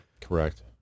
Correct